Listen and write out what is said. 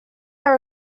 are